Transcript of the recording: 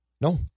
No